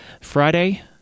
Friday